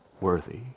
worthy